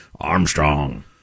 Armstrong